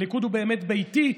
הליכוד הוא באמת ביתי,